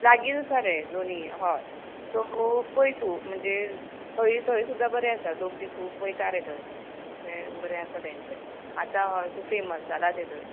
लागींच आसा रे दोनी हय सो खो पळय तूं म्हणजे थंयी थंय सुद्दां बरें आसा लोक बी खूब वयता रे थंय अशें बरें आसा तेंचें आतां फेमस जालां तें थंय